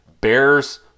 Bears